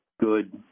good